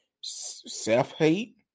self-hate